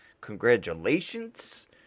congratulations